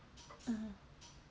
mmhmm